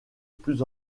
plus